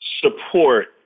support